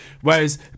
Whereas